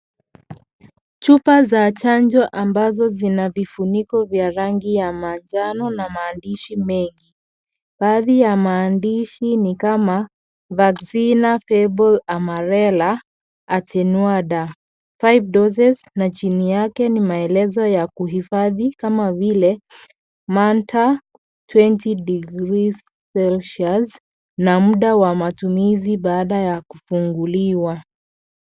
Chupa za chanjo ambazo zina vifuniko vya rangi ya manjano na maandishi mengi, baadhi ya maandishi ni kama, (cs)vaccina table amarela, atenuada 5 doses(cs), na chini yake ni malezo ya kuhifadhi, kama vile, (cs)manta 20 degrees celsius(cs) na mda wa matumizi baada ya kufunguliwa.